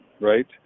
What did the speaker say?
right